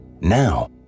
Now